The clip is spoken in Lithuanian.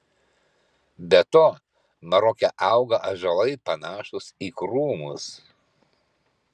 be to maroke auga ąžuolai panašūs į krūmus